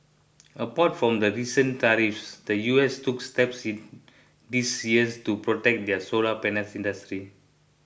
apart from the recent tariffs the US took steps in this years to protect their solar panel industry